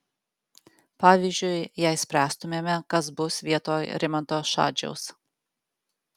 pavyzdžiui jei spręstumėme kas bus vietoj rimanto šadžiaus